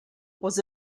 was